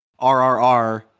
RRR